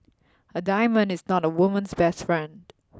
a diamond is not a woman's best friend